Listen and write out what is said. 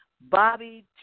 Bobby